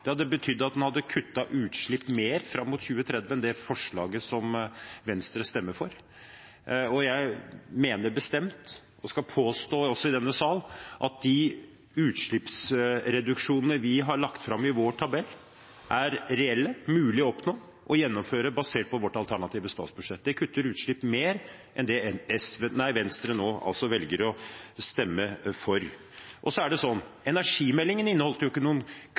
Det hadde betydd at man hadde kuttet mer utslipp fram mot 2030 enn med det forslaget Venstre stemmer for. Jeg mener bestemt, og skal påstå det også i denne salen, at de utslippsreduksjonene vi har lagt fram i vår tabell, er reelle og mulige å oppnå og gjennomføre basert på vårt alternative statsbudsjett. Det kutter utslipp mer enn det Venstre nå velger å stemme for. Og så: Energimeldingen inneholdt jo